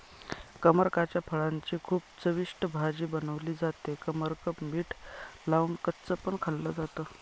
कमरकाच्या फळाची खूप चविष्ट भाजी बनवली जाते, कमरक मीठ लावून कच्च पण खाल्ल जात